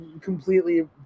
completely